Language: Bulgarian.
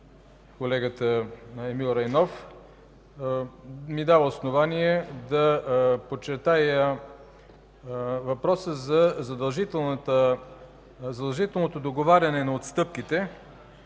колегата Емил Райнов, ми дава основание да подчертая въпроса за задължителното договаряне на отстъпките,